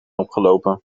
opgelopen